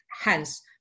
Hence